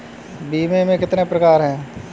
बीमे के कितने प्रकार हैं?